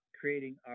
creating